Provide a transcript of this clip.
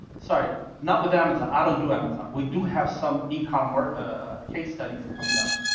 sorry, not with amazon, i don't do amazon, we do have some ecommerce ah case studies coming up.